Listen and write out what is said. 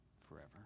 forever